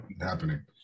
happening